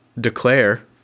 declare